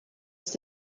ist